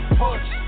push